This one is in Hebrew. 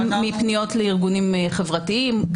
גם מפניות לארגונים חברתיים,